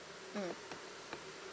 mm